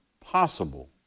possible